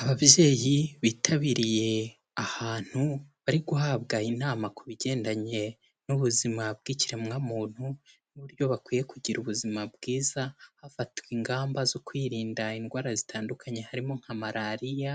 Ababyeyi bitabiriye ahantu, bari guhabwa inama ku bigendanye n'ubuzima bw'ikiremwamuntu n'uburyo bakwiye kugira ubuzima bwiza, hafatwa ingamba zo kwirinda indwara zitandukanye harimo nka malariya,